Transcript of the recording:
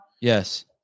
Yes